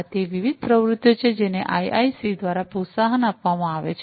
આ તે વિવિધ પ્રવૃત્તિઓ છે જેને આઈઆઈસી દ્વારા પ્રોત્સાહન આપવામાં આવે છે